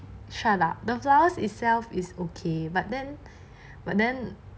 shut up the flowers itself is okay but then but then